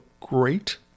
great